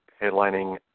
headlining